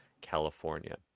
california